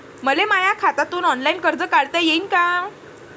मले माया खात्यातून ऑनलाईन कर्ज काढता येईन का?